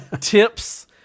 tips